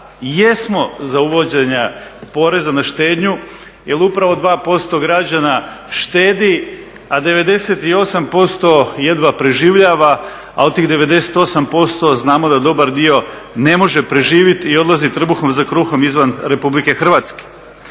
jesmo za uvođenja poreza na štednju jer upravo 2% građana štedi, a 98% jedva preživljava, a od tih 98% znamo da dobar dio ne može preživjeti i odlazi trbuhom za kruhom izvan RH.